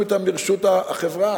לרשות החברה.